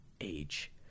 age